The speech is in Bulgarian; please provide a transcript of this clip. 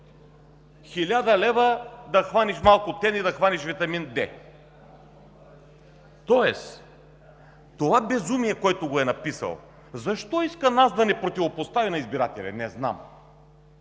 Хиляда лева да хванеш малко тен и витамин Д. Това безумие, който го е написал, защо иска нас да ни противопостави на избирателя, не знам?